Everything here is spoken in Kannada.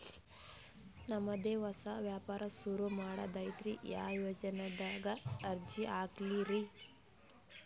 ನಮ್ ದೆ ಹೊಸಾ ವ್ಯಾಪಾರ ಸುರು ಮಾಡದೈತ್ರಿ, ಯಾ ಯೊಜನಾದಾಗ ಅರ್ಜಿ ಹಾಕ್ಲಿ ರಿ?